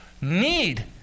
need